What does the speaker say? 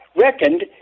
reckoned